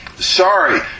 Sorry